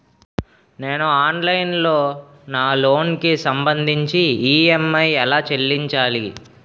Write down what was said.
నేను ఆన్లైన్ లో నా లోన్ కి సంభందించి ఈ.ఎం.ఐ ఎలా చెల్లించాలి?